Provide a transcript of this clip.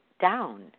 down